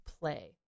play